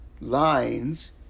lines